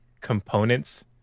components